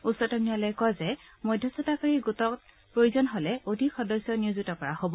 উচ্চতম ন্যায়ালয়ে কয় যে মধ্যস্থতাকাৰী গোটত প্ৰয়োজন হ'লে অধিক সদস্য নিয়োজিত কৰা হ'ব